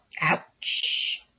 Ouch